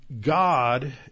God